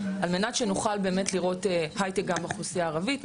על מנת שנוכל באמת לראות הייטק גם באוכלוסייה הערבית,